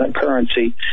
currency